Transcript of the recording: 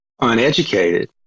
uneducated